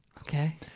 Okay